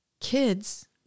Kids